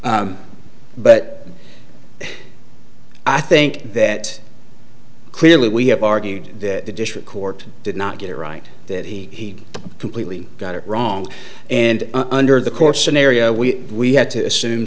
r but i think that clearly we have argued that the district court did not get it right that he completely got it wrong and under the course scenario we we had to assume